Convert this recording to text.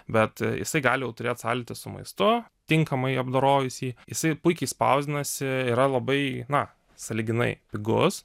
bet jisai gali jau turėt sąlytį su maistu tinkamai apdorojus jį jisai puikiai spausdinasi yra labai na sąlyginai pigus